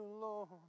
Lord